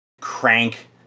crank